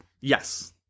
Yes